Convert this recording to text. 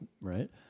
right